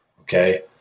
Okay